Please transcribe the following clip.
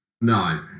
No